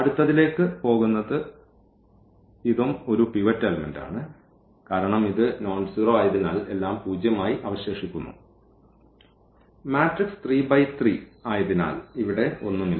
അടുത്തതിലേക്ക് പോകുന്നത് ഇതും ഒരു പിവറ്റ് എലമെന്റ് ആണ് കാരണം ഇത് നോൺ സീറോ ആയതിനാൽ എല്ലാം പൂജ്യമായി അവശേഷിക്കുന്നു മാട്രിക്സ് 3x3 ആയതിനാൽ ഇവിടെ ഒന്നുമില്ല